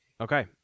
Okay